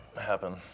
happen